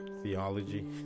theology